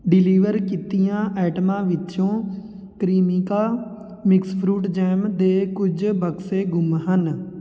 deliver ਕੀਤੀਆਂ ਆਈਟਮਾਂ ਵਿੱਚੋਂ ਕ੍ਰੀਮਿਕਾ ਮਿਕਸ ਫਰੂਟ ਜੈਮ ਦੇ ਕੁਝ ਬਕਸੇ ਗੁੰਮ ਹਨ